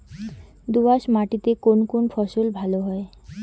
দোঁয়াশ মাটিতে কোন কোন ফসল ভালো হয়?